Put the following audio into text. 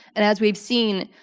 and as we've seen,